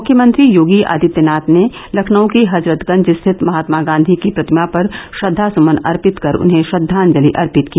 मुख्यमंत्री योगी आदित्यनाथ ने लखनऊ के हजरतगंज स्थित महात्मा गांधी की प्रतिमा पर श्रद्वा सुमन अर्पित कर उन्हें श्रद्वांजलि अर्पित की